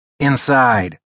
Inside